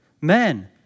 Men